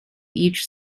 each